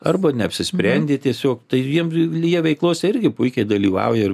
arba neapsisprendė tiesiog tai jiem jie veiklos irgi puikiai dalyvauja